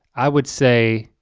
i would say